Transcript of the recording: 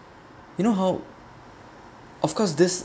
you know how of course this